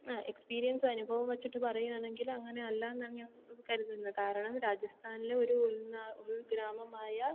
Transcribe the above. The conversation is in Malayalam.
എക്സ്പീരിയൻസ് അനുഭവം വച്ചിട്ട് പറയുകയാണെങ്കിൽ അങ്ങനെയല്ല എന്നാണ് ഞാൻ കരുതുന്നത് കാരണം രാജസ്ഥാനിൽ ഒരു ഉൾഗ്രാമമായ